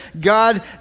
God